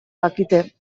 dakite